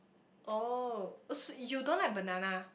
oh so you don't like banana